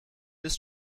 ist